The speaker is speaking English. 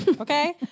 okay